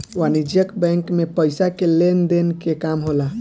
वाणिज्यक बैंक मे पइसा के लेन देन के काम होला